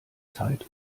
zeit